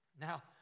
Now